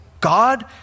God